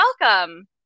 Welcome